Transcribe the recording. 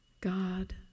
God